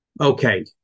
Okay